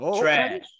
Trash